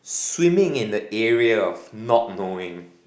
swimming in the area of not knowing